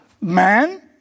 Man